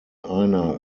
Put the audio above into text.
einer